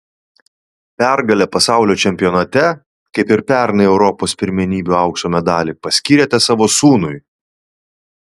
pergalę pasaulio čempionate kaip ir pernai europos pirmenybių aukso medalį paskyrėte savo sūnui